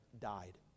died